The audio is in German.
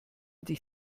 dich